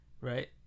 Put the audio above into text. Right